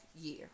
year